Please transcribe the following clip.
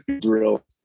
drill